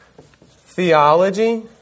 theology